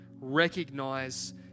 recognize